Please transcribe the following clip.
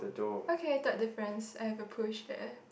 okay got the friends I have a push there